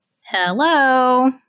Hello